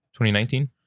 2019